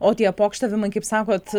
o tie pokštavimai kaip sakot